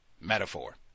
metaphor